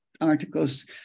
articles